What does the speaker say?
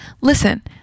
listen